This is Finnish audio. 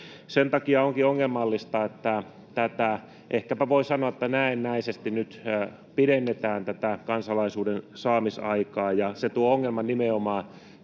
Sen takia onkin ongelmallista, että nyt pidennetään, ehkäpä voi sanoa näennäisesti, tätä kansalaisuuden saamisaikaa, ja se tuo ongelman nimenomaan